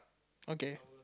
okay